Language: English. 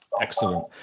Excellent